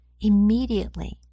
Immediately